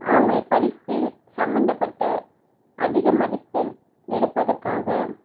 அவங்களை படிப்பில் சம்மந்தப்பட்ட அதிக மதிப்பெண் எடுப்பதற்காக